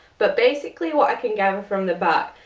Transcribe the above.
but basically, what i can gather from the back,